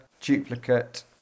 duplicate